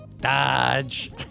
Dodge